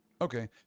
okay